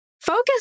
Focus